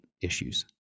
issues